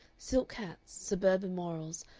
silk hats, suburban morals,